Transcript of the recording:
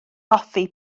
hoffi